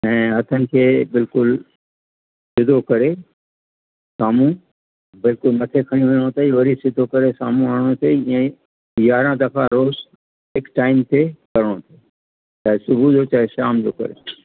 ऐं हथनि खे बिल्कुलु सिदो करे साम्हूं बिल्कुलु मथे खणी वञिणो अथईं वरी सिदो करे साम्हूं आणिणो अथईं ईअं ई यारहं दफ़ा रोज़ु हिकु टाइम ते करिणो चाहे सुबुह जो कयो चाहे शाम जो कयो